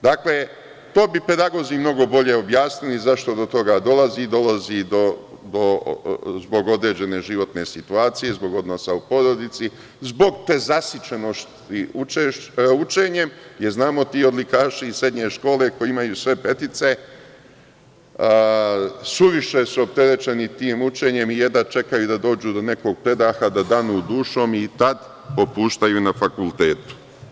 Dakle, to bi pedagozi mnogo bolje objasnili, zašto do toga dolazi, da li zbog određene životne situacije, zbog odnosa u porodici, zbog prezasićenosti učenjem, jer, ti odlikaši iz srednje škole koji imaju sve petice suviše su opterećeni tim učenjem i jedva čekaju da dođu do nekog predaha, da danu dušom i tad popuštaju na fakultetu.